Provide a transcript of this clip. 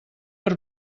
per